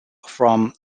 from